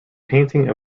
painting